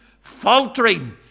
faltering